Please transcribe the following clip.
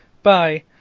bye